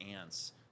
ants